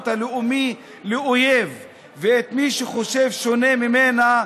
הלאומי לאויב ואת מי שחושב שונה ממנה,